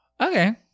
Okay